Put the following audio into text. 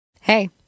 Hey